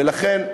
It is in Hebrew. ולכן,